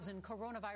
coronavirus